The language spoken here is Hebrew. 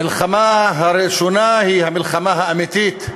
המלחמה הראשונה היא המלחמה האמיתית.